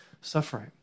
suffering